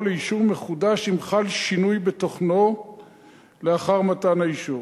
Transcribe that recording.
לאישור מחודש אם חל שינוי בתוכנו לאחר מתן האישור.